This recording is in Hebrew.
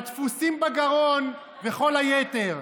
התפוסים בגרון וכל היתר,